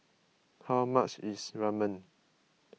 how much is Ramen